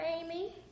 Amy